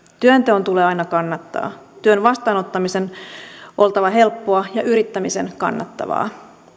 työnteon tulee aina kannattaa työn vastaanottamisen on oltava helppoa ja yrittämisen kannattavaa